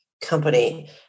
company